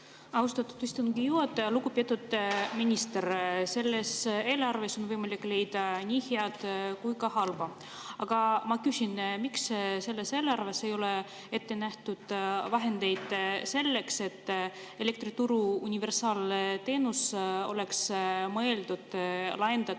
Austatud istungi juhataja! Lugupeetud minister! Selles eelarves on võimalik leida nii head kui ka halba. Aga ma küsin, miks selles eelarves ei ole ette nähtud vahendeid selleks, et elektrituru universaalteenus oleks mõeldud ka